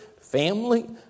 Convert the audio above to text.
family